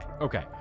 Okay